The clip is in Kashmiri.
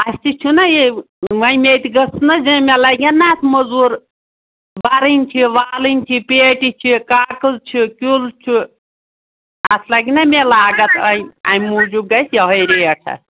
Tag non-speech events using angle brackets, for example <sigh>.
اَسہِ تہِ چھُنا یہِ وۄنۍ مےٚ تہِ گٔژھ نہ <unintelligible> لگہِ ہا نا اَتھ مٔزوٗر بَرٕنۍ چھِ والٕنۍ چھِ پیٹہِ چھِ کاکٕز چھِ کیُل چھُ اَتھ لَگہِ نا مےٚ لاگَتھ <unintelligible> اَمہِ موٗجوٗب گژھِ یِہوٚے ریٹ اَتھ